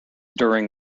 during